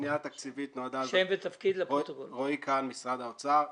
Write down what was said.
התקציבים, משרד האוצר.